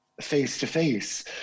face-to-face